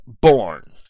born